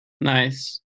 Nice